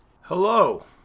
Hello